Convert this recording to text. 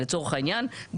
לצורך העניין,